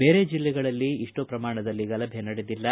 ಬೇರೆ ಜಿಲ್ಲೆಗಳಲ್ಲಿ ಇಷ್ಟು ಪ್ರಮಾಣದಲ್ಲಿ ಗಲಭೆ ನಡೆದಿಲ್ಲ